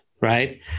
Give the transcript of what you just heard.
right